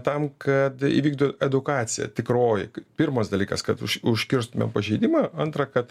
tam kad įvyktų edukacija tikroji pirmas dalykas kad už užkirstumėm pažeidimą antra kad